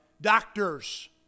doctors